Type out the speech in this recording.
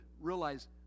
realize